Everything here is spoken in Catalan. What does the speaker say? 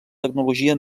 tecnologia